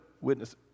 witness